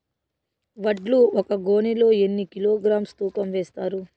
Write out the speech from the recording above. వడ్లు ఒక గోనె లో ఎన్ని కిలోగ్రామ్స్ తూకం వేస్తారు?